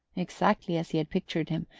exactly as he had pictured him,